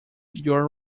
your